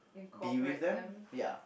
be with them ya